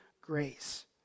grace